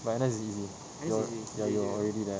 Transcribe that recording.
but N_S is easy you're ya you're already there